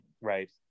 Right